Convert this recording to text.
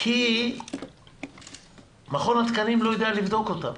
כי מכון התקנים לא יודע לבדוק אותן.